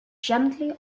gently